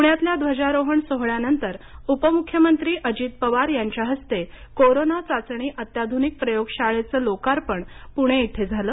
पुण्यातल्या ध्वजारोहण सोहळ्यानंतर उपमुख्यमंत्री अजित पवार यांच्या हस्ते अत्याधुनिक कोरोना चाचणी अत्याधुनिक प्रयोगशाळेचे लोकार्पण पुणे इथे हस्ते झालं